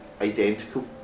identical